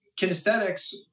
kinesthetics